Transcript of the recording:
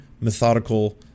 methodical